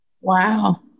Wow